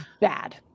bad